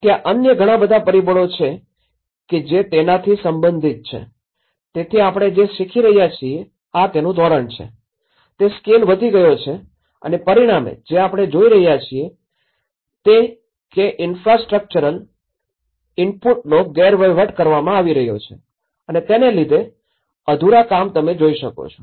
ત્યાં અન્ય ઘણા બધા પરિબળો છે કે જે તેનાથી સંબંધિત છે તેથી આપણે જે શીખી રહ્યા છીએ આ તેનું ધોરણ છે તે સ્કેલ વધી ગયોછે અને પરિણામે જે આપણે જોઈ રહ્યા છીએ તે કે ઇન્ફ્રાસ્ટ્રક્ચરલ ઇનપુટનો ગેરવહીવટ કરવામાં આવી રહ્યો છે અને તેના લીધે અધૂરા કામ તમે જોઈ શકો છો